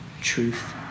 truth